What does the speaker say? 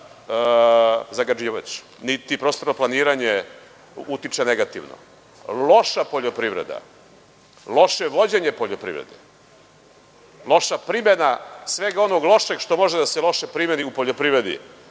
niti prostorno planiranje utiče negativno. Loša poljoprivreda, loše vođenje poljoprivrede, loša primene i sve ono loše što može da se primeni u poljoprivredi